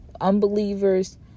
unbelievers